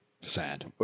Sad